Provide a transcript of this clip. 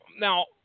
Now